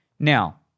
Now